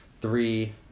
three